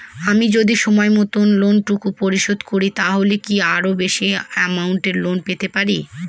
আমি যদি সময় মত লোন টুকু পরিশোধ করি তাহলে কি আরো বেশি আমৌন্ট লোন পেতে পাড়ি?